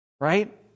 Right